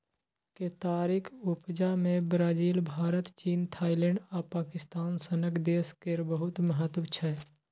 केतारीक उपजा मे ब्राजील, भारत, चीन, थाइलैंड आ पाकिस्तान सनक देश केर बहुत महत्व छै